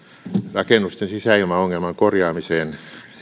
rakennusten sisäilmaongelman korjaamiseen